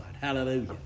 Hallelujah